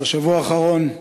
בשבוע האחרון,